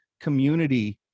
community